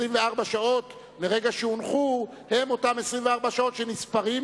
24 השעות מהרגע שהונחו הם אותן 24 השעות שנספרות